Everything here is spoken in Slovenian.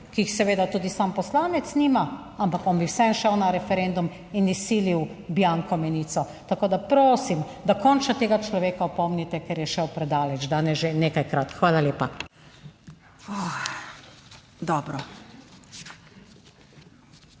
ki jih seveda tudi sam poslanec nima. Ampak on bi vseeno šel na referendum in izsilil bianko menico. Tako da prosim, da končno tega človeka opomnite, ker je šel predaleč, danes že nekajkrat. Hvala lepa.